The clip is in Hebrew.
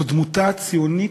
זאת דמותה הציונית,